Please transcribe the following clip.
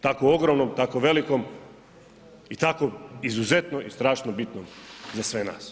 Tako ogromnom, tako velikom i tako izuzetno i strašno bitnom za sve nas.